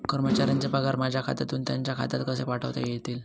कर्मचाऱ्यांचे पगार माझ्या खात्यातून त्यांच्या खात्यात कसे पाठवता येतील?